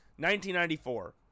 1994